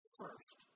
first